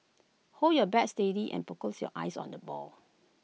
hold your bat steady and focus your eyes on the ball